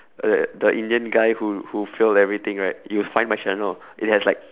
the the indian guy who who failed everything right you'll find my channel it has like